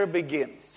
begins